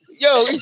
Yo